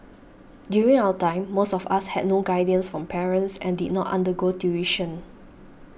during our time most of us had no guidance from parents and did not undergo tuition